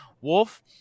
wolf